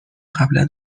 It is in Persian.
قبلا